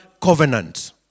covenant